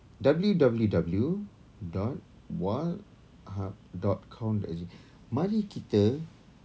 W_W_W dot wallhub dot com dot S_G mari kita